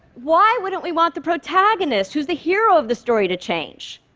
why wouldn't we want the protagonist, who's the hero of the story, to change?